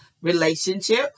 relationship